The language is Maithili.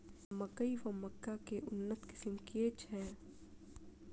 मकई वा मक्का केँ उन्नत किसिम केँ छैय?